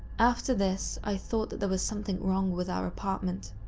after this, i thought that there was something wrong with our apartment.